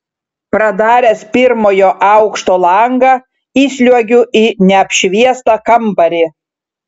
pradaręs pirmojo aukšto langą įsliuogiu į neapšviestą kambarį